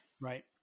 Right